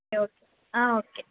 okay okay